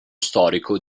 storico